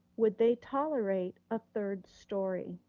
would they tolerate a third story?